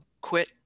quit